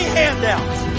handouts